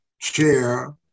chair